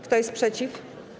Kto jest przeciw?